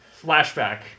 Flashback